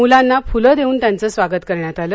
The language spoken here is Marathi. मुलांना फुलं देऊन त्यांचं स्वागत करण्यात आलं